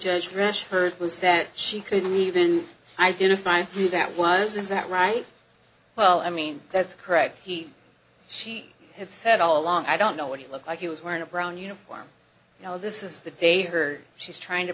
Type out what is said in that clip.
judge matsch heard was that she couldn't even identify you that was is that right well i mean that's correct he she have said all along i don't know what he looked like he was wearing a brown uniform you know this is the day her she's trying to